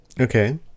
okay